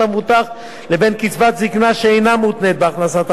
לבין קצבת זיקנה שאינה מותנית בהכנסת המבוטח.